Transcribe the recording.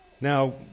Now